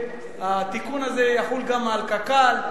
ושהתיקון הזה יחול גם על קק"ל,